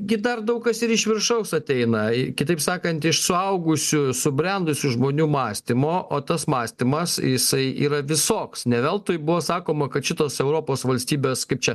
gi dar daug kas ir iš viršaus ateina i kitaip sakant iš suaugusių subrendusių žmonių mąstymo o tas mąstymas jisai yra visoks ne veltui buvo sakoma kad šitos europos valstybės kaip čia